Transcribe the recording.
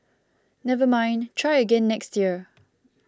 never mind try again next year